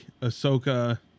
Ahsoka